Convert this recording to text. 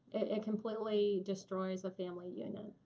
it completely destroys a family unit.